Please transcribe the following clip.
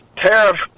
tariff